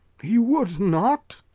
he would not?